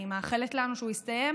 אני מאחלת לנו שהוא יסתיים.